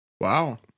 wow